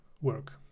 work